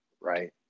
right